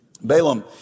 Balaam